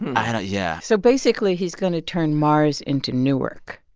i don't yeah so basically, he's going to turn mars into newark